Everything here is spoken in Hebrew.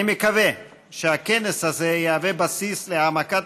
אני מקווה שהכנס הזה יהווה בסיס להעמקת